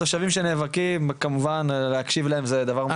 התושבים שנאבקים כמובן להקשיב להם זה דבר.